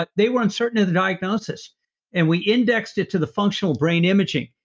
but they were uncertain of the diagnosis and we indexed it to the functional brain imaging.